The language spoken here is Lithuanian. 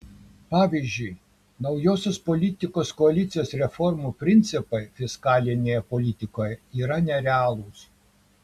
pavyzdžiui naujosios politikos koalicijos reformų principai fiskalinėje politikoje yra nerealūs